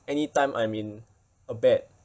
any time I'm in a bad